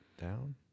down